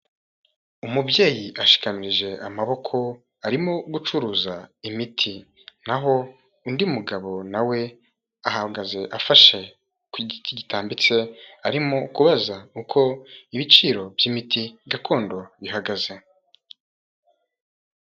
Umubyeyi ashikamije amaboko arimo gucuruza imiti, naho undi mugabo nawe we ahagaze afashe ku giti gitambitse arimo kubaza uko ibiciro by'imiti gakondo bihagaze.